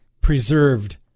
preserved